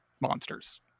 monsters